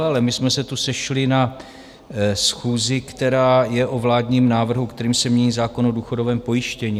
Ale my jsme se tu sešli na schůzi, která je o vládním návrhu, kterým se mění zákon o důchodovém pojištění.